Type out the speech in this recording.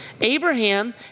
Abraham